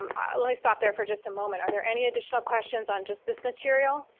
um ah let me stop there for just a moment. are there any additional questions on just this material?